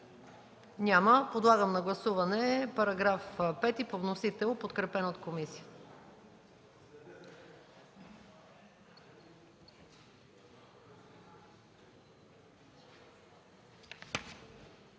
Няма. Подлагам на гласуване § 5 по вносител, подкрепен от комисията.